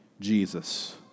Jesus